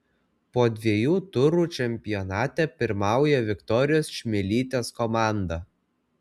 po dviejų turų čempionate pirmauja viktorijos čmilytės komanda